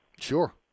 Sure